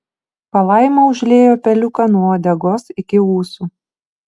palaima užliejo peliuką nuo uodegos iki ūsų